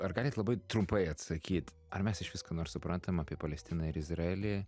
ar galit labai trumpai atsakyt ar mes išvis ką nors suprantam apie palestiną ir izraelį